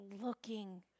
looking